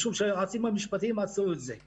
משום שהיועצים המשפטיים עצרו את זה.